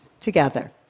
together